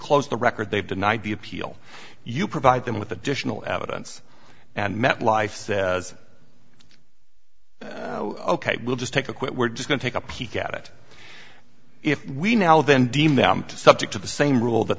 closed the record they've denied the appeal you provide them with additional evidence and met life ok we'll just take a quick we're just going to take a peek at it if we now then deem them to subject to the same rule that